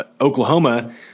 Oklahoma